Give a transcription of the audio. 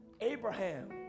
Abraham